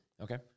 Okay